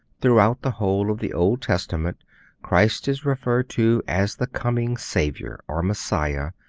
throughout the whole of the old testament christ is referred to as the coming saviour, or messiah,